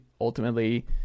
ultimately